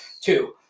two